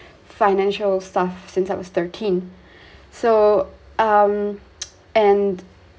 financial stuff since I was thirteen so um and